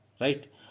right